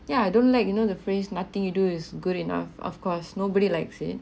ya I don't like you know the phrase nothing you do is good enough of course nobody likes it